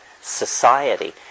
society